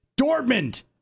Dortmund